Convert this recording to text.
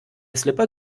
slipper